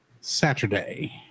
Saturday